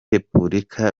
republika